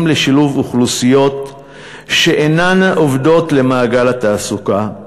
לשילוב אוכלוסיות שאינן עובדות במעגל התעסוקה,